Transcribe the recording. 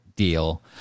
deal